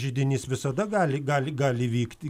židinys visada gali gali gali įvykti